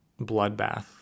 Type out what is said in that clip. bloodbath